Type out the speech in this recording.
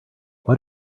what